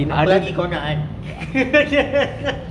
apa lagi kau nak kan